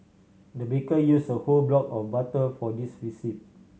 the baker use a whole block of butter for this recipe